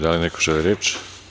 Da li neko želi reč?